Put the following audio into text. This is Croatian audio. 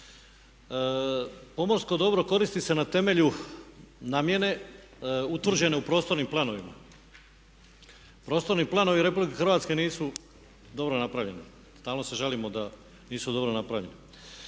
Pomorsko dobro koristi se na temelju namjene utvrđene u prostornim planovima. Prostorni planovi Republike Hrvatske nisu dobro napravljeni. Stalno se žalimo da nisu dobro napravljeni.